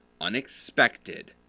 unexpected